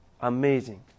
amazing